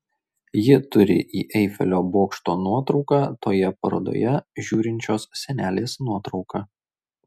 ji turi į eifelio bokšto nuotrauką toje parodoje žiūrinčios senelės nuotrauką